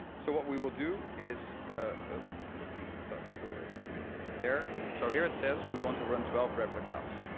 so what we will do is let me type correctly there. so here, it says we want to run twelve replicas.